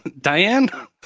Diane